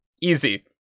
Easy